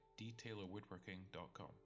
DetailerWoodworking.com